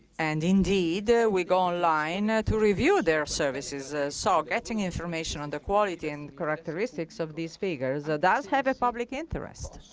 and indeed, we go online to review their services. so getting information on the quality and characteristics of these figures does have a public interest